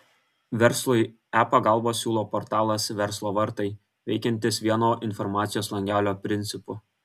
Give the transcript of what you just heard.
verslui e pagalbą siūlo portalas verslo vartai veikiantis vieno informacijos langelio principu